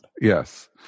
Yes